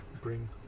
Bring